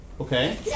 Okay